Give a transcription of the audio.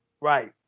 Right